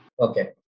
okay